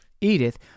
Edith